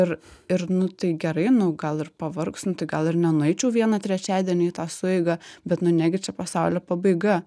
ir ir nu tai gerai nu gal ir pavargs nu tai gal ir nenueičiau vieną trečiadienį į tą sueigą bet nu negi čia pasaulio pabaiga